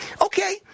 okay